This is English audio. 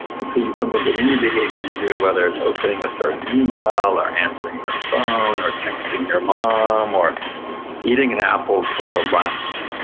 and so you can look at any behavior you do, whether it's opening a certain email or answering your phone or texting your mom or eating an apple for ah lunch,